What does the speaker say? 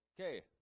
Okay